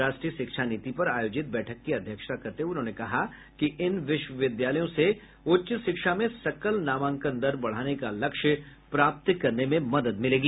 राष्ट्रीय शिक्षा नीति पर आयोजित बैठक की अध्यक्षता करते हुए उन्होंने कहा कि इन विश्वविद्यालयों से उच्च शिक्षा में सकल नामांकन दर बढ़ाने का लक्ष्य प्राप्त करने में मदद मिलेगी